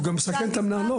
הוא גם מסכן את המנהלות.